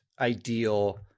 ideal